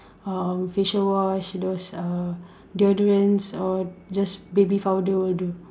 um facial wash those uh deodorants or just baby powder will do